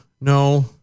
No